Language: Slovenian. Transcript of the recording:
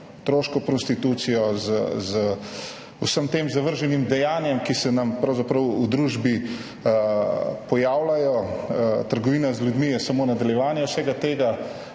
otroško prostitucijo, z vsemi temi zavrženim dejanjem, ki se nam pravzaprav v družbi pojavljajo. Trgovina z ljudmi je samo nadaljevanje vsega tega,